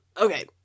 okay